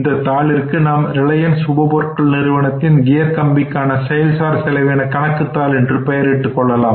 இந்த தாளிற்கு நாம் ரிலையன்ஸ் உப பொருட்கள் நிறுவனத்தின் கியர் கம்பிக்கான செயல்சார் செலவின கணக்குதாள் என்ன பெயரிடலாம்